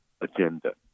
agenda